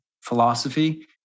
philosophy